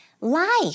Life